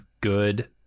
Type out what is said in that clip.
good